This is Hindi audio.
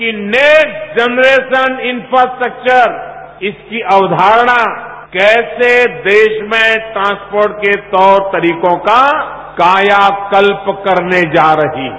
इनहेस जनरेरान इंफ्रास्क्टयर इसकी अक्षारणा कैसे देश में ट्रासपोर्ट के तौर तरीको का कायाकल्प करने जा रही है